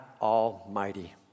Almighty